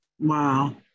Wow